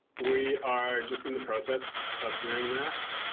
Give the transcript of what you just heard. we are just in the process of doing that.